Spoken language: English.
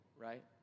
right